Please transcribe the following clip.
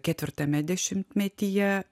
ketvirtame dešimtmetyje